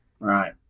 right